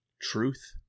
truth